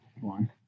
one